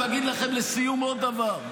אגיד לכם לסיום עוד דבר,